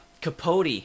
Capote